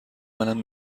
منم